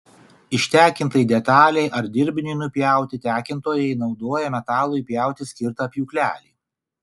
ištekintai detalei ar dirbiniui nupjauti tekintojai naudoja metalui pjauti skirtą pjūklelį